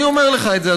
אני אומר לך את זה,